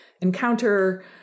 encounter